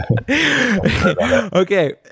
Okay